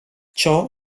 ciò